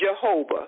Jehovah